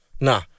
nah